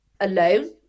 alone